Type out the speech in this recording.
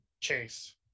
chase